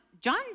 John